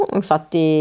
infatti